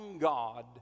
God